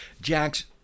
Jax